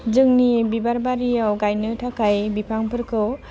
जोंनि बिबार बारियाव गायनो थाखाय बिफांफोरखौ